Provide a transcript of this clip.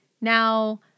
Now